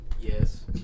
Yes